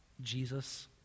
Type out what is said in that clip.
Jesus